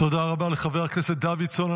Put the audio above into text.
תודה רבה לחבר הכנסת דוידסון.